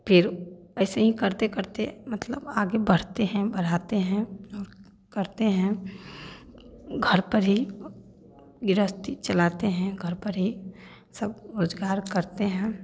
फिर ऐसे ही करते करते मतलब आगे बढ़ते हैं बढ़ाते हैं करते हैं घर पर ही गृहस्थी चलातें हैं घर पर ही सब रोजगार करते हैं